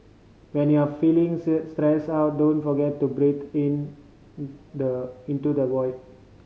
when you are feeling stressed out don't forget to breathe in the into the void